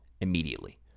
immediately